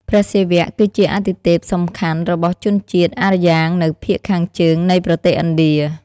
ព្រះសិវៈ គឺជាអាទិទេពសំខាន់របស់ជនជាតិអារ្យាងនៅភាគខាងជើងនៃប្រទេសឥណ្ឌា។